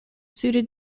suited